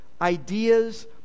ideas